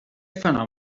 fenomen